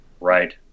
Right